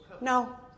No